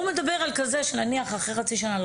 הוא מדבר על כזה שאחרי חצי שנה,